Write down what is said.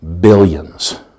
billions